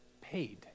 paid